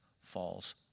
falls